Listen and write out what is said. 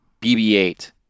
BB-8